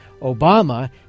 Obama